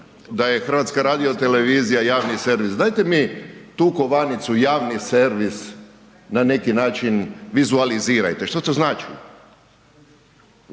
se priča da je HRT javni servis, dajte mi tu kovanicu javni servis na neki način vizualizirajte, što to znači?